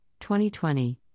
2020*